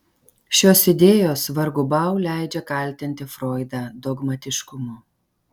šios idėjos vargu bau leidžia kaltinti froidą dogmatiškumu